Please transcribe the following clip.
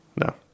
No